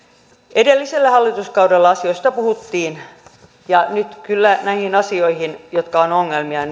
edellisellä hallituskaudella asioista puhuttiin ja nyt kyllä näihin asioihin jotka ovat ongelmia